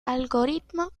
algoritmo